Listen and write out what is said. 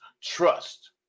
Trust